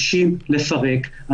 לפרק,